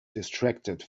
distracted